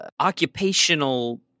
occupational